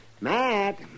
Matt